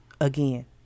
again